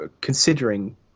considering